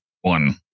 one